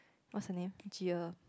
what's her name Gia